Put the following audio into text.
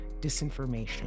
disinformation